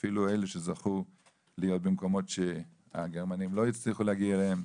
אפילו אלה שזכו להיות במקומות שהגרמנים לא הצליחו להגיע אליהם,